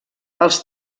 els